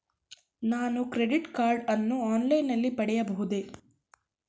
ನಾನು credit card ಅನ್ನು online ನಲ್ಲಿ ಪಡೆಯಬಹುದೇ?